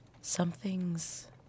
something's